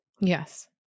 Yes